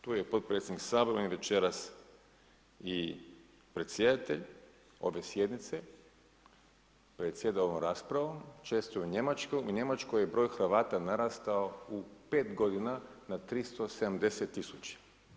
Tu je potpredsjednik Sabora, on je večeras i predsjedatelj ove sjednice, predsjeda ovom raspravom, često je u Njemačkoj i u Njemačkoj je broj Hrvata narastao u 5 godina na 370 tisuća.